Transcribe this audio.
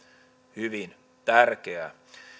hyvin tärkeää